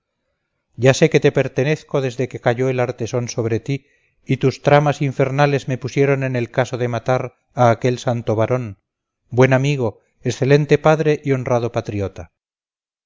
ya sé que te pertenezco desde que cayó el artesón sobre ti y tus tramas infernales me pusieron en el caso de matar a aquel santo varón buen amigo excelente padre y honrado patriota